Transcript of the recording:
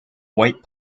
white